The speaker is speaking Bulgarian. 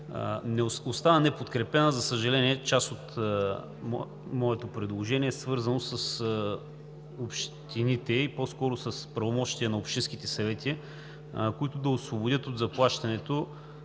Остава неподкрепено, за съжаление, част от моето предложение, свързано с общините и по-скоро с правомощията на общинските съвети, които да освободят от заплащането